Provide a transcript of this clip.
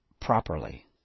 properly